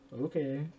Okay